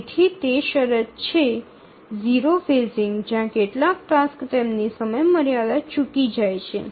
તેથી તે શરત છે 0 ફેઝિંગ જ્યાં કેટલાક ટાસક્સ તેમની સમયમર્યાદા ચૂકી જાય છે